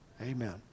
Amen